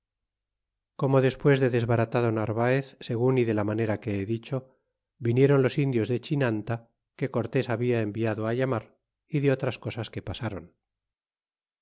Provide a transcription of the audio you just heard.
corno despues de desbaratado narvaez segun y de la manera que he dicho viniéron los indios de ghinanta que cortés habia enviado llamar y de otras cosas que pasáron